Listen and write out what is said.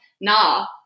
nah